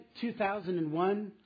2001